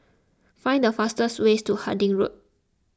find the fastest ways to Harding Road